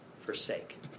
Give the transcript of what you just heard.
forsake